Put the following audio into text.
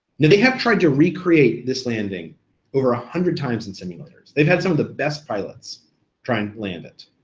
now they have tried to recreate this landing over one ah hundred times in simulators. they've had some of the best pilots trying to land it.